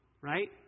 Right